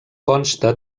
consta